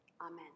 Amen